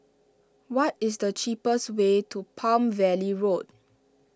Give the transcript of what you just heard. what is the cheapest way to Palm Valley Road